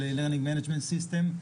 Learning Management System.